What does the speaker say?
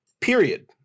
period